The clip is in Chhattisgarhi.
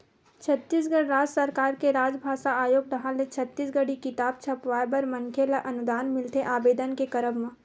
छत्तीसगढ़ राज सरकार के राजभासा आयोग डाहर ले छत्तीसगढ़ी किताब छपवाय बर मनखे ल अनुदान मिलथे आबेदन के करब म